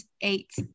eight